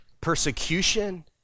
persecution